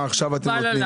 מה עכשיו אתם עושים?